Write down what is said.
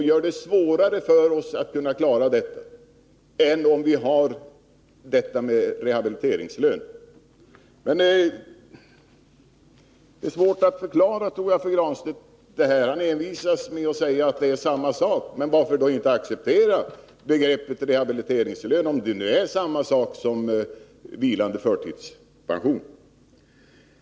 Det gör det svårare för oss att klara detta än om vi har en rehabiliteringslön. Jag tror att det är svårt att förklara detta för Pär Granstedt. Han envisas med att säga att det är samma sak. Men varför då inte acceptera begreppet ”rehabiliteringslön”, om det nu är samma sak som vilande förtidspension.